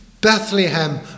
Bethlehem